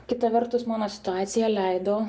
kita vertus mano situacija leido